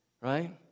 right